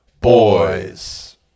Boys